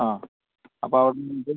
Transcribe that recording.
ആ അപ്പോൾ അവിടുന്ന് ഇത്